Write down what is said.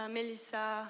Melissa